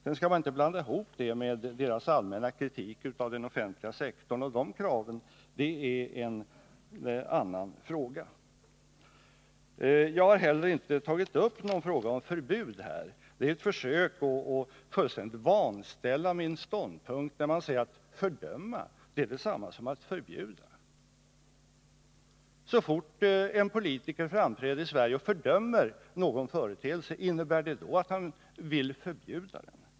Man skall inte blanda ihop det med direktörernas allmänna kritik av den offentliga sektorn — det är en annan fråga. Jag har heller inte tagit upp någon fråga om förbud. Det är ett försök att fullständigt vanställa min ståndpunkt när man säger att fördöma är detsamma som att förbjuda. Så fort en politiker framträder i Sverige och fördömer någon företeelse, innebär det då att han vill förbjuda den?